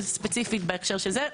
ספציפית בהקשר של זה.